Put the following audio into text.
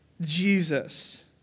Jesus